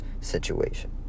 situation